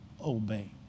obey